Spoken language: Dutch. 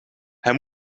hij